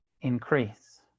increase